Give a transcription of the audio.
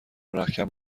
رختکن